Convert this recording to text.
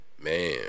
Man